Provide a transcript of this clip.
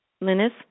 Linus